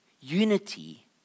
Unity